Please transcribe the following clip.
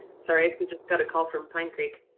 sorry, i just got a call from pine creek.